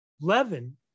Levin